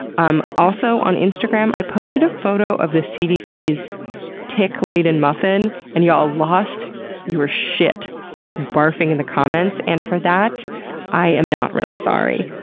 um also, on instagram i posted a photo of the cdc's tick-laden muffin and y'all lost your shit just barfing in the comments, and for that i am not really sorry.